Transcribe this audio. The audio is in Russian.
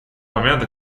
момента